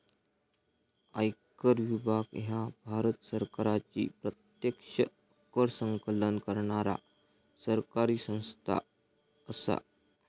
आयकर विभाग ह्या भारत सरकारची प्रत्यक्ष कर संकलन करणारा सरकारी संस्था असा